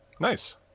Nice